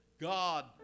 God